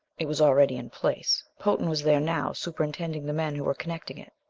it was already in place. potan was there now, superintending the men who were connecting it.